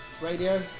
radio